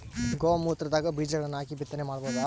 ಗೋ ಮೂತ್ರದಾಗ ಬೀಜಗಳನ್ನು ಹಾಕಿ ಬಿತ್ತನೆ ಮಾಡಬೋದ?